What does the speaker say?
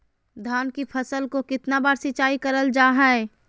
धान की फ़सल को कितना बार सिंचाई करल जा हाय?